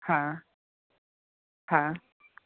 હા હા